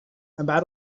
about